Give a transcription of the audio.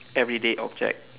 everyday object